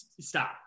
stop